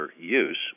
use